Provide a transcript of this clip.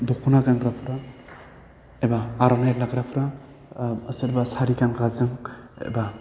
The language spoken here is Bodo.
दख'ना गानग्राफ्रा एबा आर'नाइ लाग्राफ्रा सोरबा सारि गानग्राजों एबा